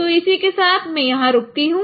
तो इसी के साथ में यहां रुकता हूं